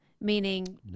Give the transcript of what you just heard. meaning